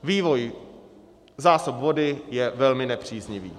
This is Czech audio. Vývoj zásob vody je velmi nepříznivý.